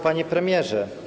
Panie Premierze!